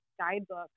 guidebook